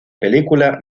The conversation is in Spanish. película